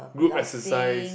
group exercise